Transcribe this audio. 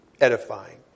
edifying